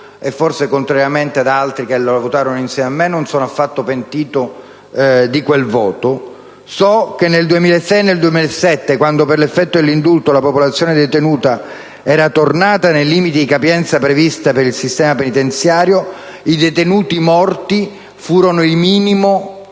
e, forse contrariamente ad altri che lo votarono insieme a me, non sono affatto pentito di quel voto. So che nel 2006-2007, quando, per effetto dell'indulto, la popolazione detenuta era tornata nei limiti di capienza prevista per il sistema penitenziario, i detenuti morti furono il minimo